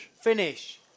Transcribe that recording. finish